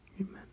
Amen